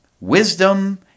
Wisdom